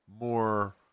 more